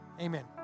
Amen